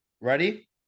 ready